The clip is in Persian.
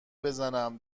بزنم